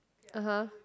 (uh huh)